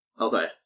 Okay